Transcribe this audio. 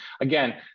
again